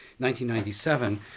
1997